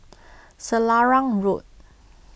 Selarang Road